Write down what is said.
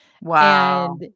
Wow